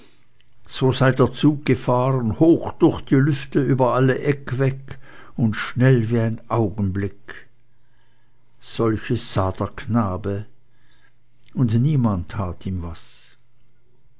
so sei der zug gefahren hoch durch die lüfte über alle egg weg und schnell wie ein augenblick solches sah der knabe und niemand tat ihm was